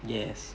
yes